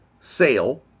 sale